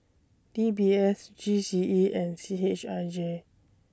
D B S G C E and C H I J